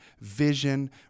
vision